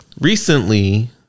Recently